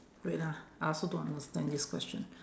wait ah I also don't understand this question